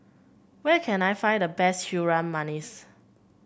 where can I find the best Harum Manis